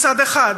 מצד אחד,